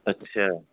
اچھا